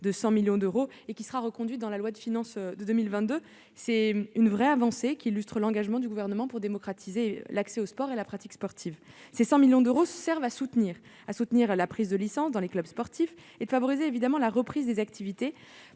de 100 millions d'euros, et ce budget sera reconduit dans le projet de loi de finances pour 2022. Il s'agit là d'une véritable avancée, qui illustre l'engagement du Gouvernement pour démocratiser l'accès au sport et la pratique sportive. Ces 100 millions d'euros servent à soutenir la prise de licence dans les clubs sportifs, à favoriser la reprise des activités